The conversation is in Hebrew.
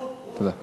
לא.